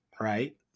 right